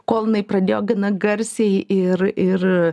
kol jinai pradėjo gana garsiai ir ir